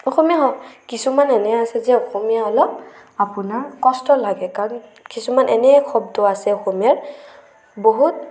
অসমীয়া হওক কিছুমান এনে আছে যে অসমীয়া অলপ আপোনাৰ কষ্ট লাগে কাৰণ কিছুমান এনে এক শব্দ আছে অসমীয়াৰ বহুত